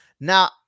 Now